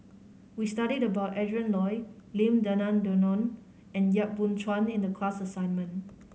we studied about Adrin Loi Lim Denan Denon and Yap Boon Chuan in the class assignment